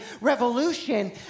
revolution